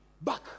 back